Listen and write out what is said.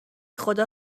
خدا